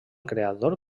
creador